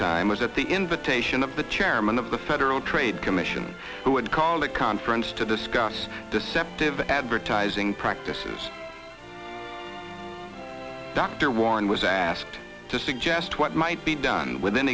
time was at the invitation of the chairman of the federal trade commission who had called a conference to discuss deceptive advertising practices dr warren was asked to suggest what might be done with